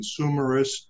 consumerist